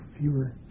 fewer